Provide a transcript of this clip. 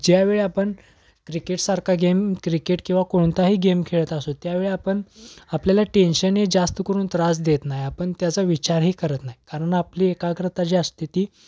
ज्यावेळी आपण क्रिकेटसारखा गेम क्रिकेट किंवा कोणताही गेम खेळत असू त्यावेळी आपण आपल्याला टेन्शन हे जास्त करून त्रास देत नाही आपण त्याचा विचारही करत नाही कारण आपली एकाग्रता जी असते ती